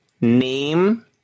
name